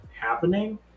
happening